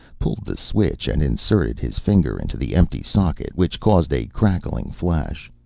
pulled the switch, and inserted his finger into the empty socket, which caused a crackling flash.